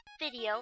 video